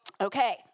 Okay